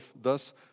thus